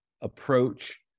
approach